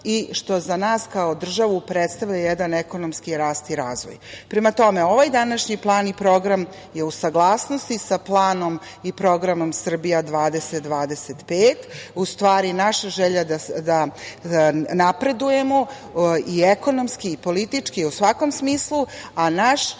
što za nas kao državu predstavlja jedan ekonomski rast i razvoj. Prema tome, ovaj današnji plan i program je u saglasnosti sa planom i programom Srbija 20-25, u stvari naša želja da napredujemo i ekonomski i politički i u svakom smislu, a naša